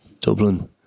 Dublin